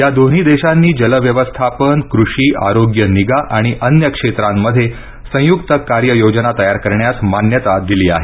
या दोन्ही देशांनी जल व्यवस्थापन कृषी आरोग्यनिगा आणि अन्य क्षेत्रांमध्ये संयुक्त कार्य योजना तयार करण्यास मान्यता दिली आहे